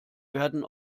werden